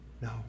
No